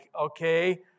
okay